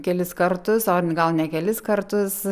kelis kartus orn gal ne kelis kartus